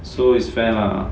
so is fair lah